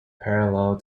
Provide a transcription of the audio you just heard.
parallel